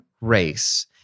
race